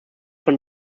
von